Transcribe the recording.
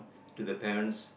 do the parents